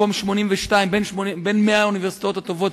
במקום ה-82 בין 100 האוניברסיטאות הטובות,